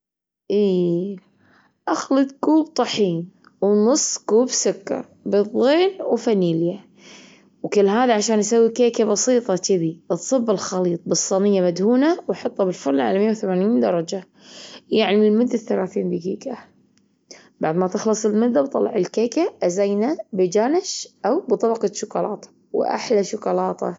إي أخلط كوب طحين ونص كوب سكر بيضتين وفانيليا وكل هذا عشان أسوي كيكة بسيطة شذي. تصب الخليط بالصينية مدهونة وحطه بالفرن على ميه وثمانين درجة يعني لمدة ثلاثين دجيجة. بعد ما تخلص المدة وطلع الكيكة أزينه بجانش أو بطبقة شوكولاتة وأحلى شوكولاتة.